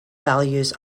values